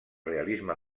realisme